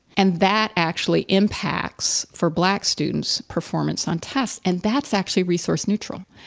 and that actually impacts for black student's performance on tests. and that's actually resource neutral.